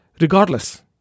Regardless